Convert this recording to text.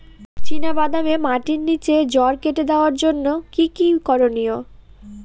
চিনা বাদামে মাটির নিচে জড় কেটে দেওয়ার জন্য কি কী করনীয়?